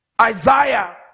Isaiah